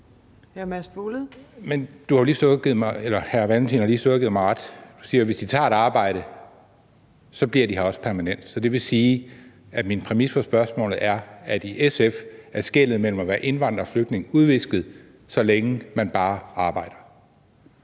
Hr. Carl Valentin har jo lige stået og givet mig ret ved at sige, at hvis de tager et arbejde, så bliver de her også permanent. Så det vil sige, at min præmis for spørgsmålet er, at i SF er skellet mellem at være indvandrer og flygtning udvisket, så længe man bare arbejder.